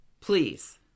Please